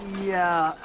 yeah.